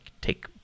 take